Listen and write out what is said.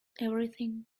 everything